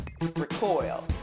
recoil